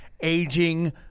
aging